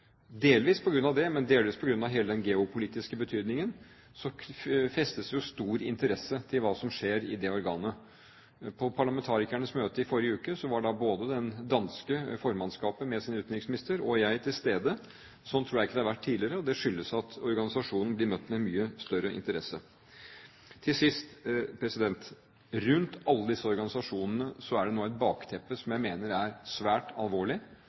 delvis på grunn av det, men delvis på grunn av hele den geopolitiske betydningen – festes det stor interesse til hva som skjer i det organet. På parlamentarikernes møte i forrige uke var både det danske formannskapet med sin utenriksminister og jeg til stede. Slik tror jeg ikke det har vært tidligere, og det skyldes at organisasjonen blir møtt med mye større interesse. Til sist: Rundt alle disse organisasjonene er det nå et bakteppe som jeg mener er svært alvorlig,